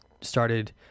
started